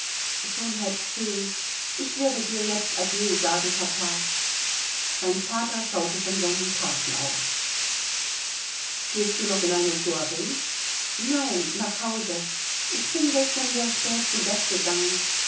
schon halb zehn ich werde dir jetzt adieu sagen papa mein vater schaute von seinen karten auf gehst du noch in eine soire nein nach hause ich bin gestern sehr spät zu bett gegangen